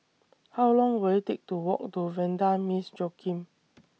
How Long Will IT Take to Walk to Vanda Miss Joaquim